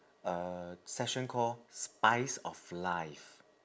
uh session called spice of life